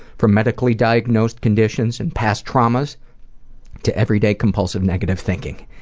from medically diagnosed conditions and past traumas to everyday compulsive, negative thinking.